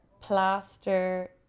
plaster